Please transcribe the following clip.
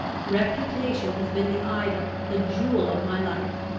reputation has been the idol, the jewel of my life.